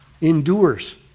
Endures